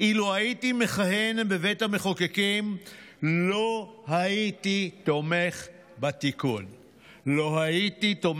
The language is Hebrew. "אילו הייתי מכהן כחבר בבית המחוקקים לא הייתי תומך בתיקון הזה",